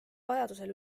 vajadusel